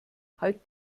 halt